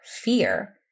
fear